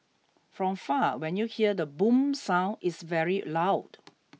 from far when you hear the boom sound it's very loud